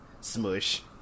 Smush